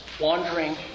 wandering